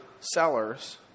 sellers